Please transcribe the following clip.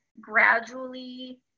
gradually